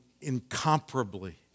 incomparably